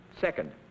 Second